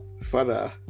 father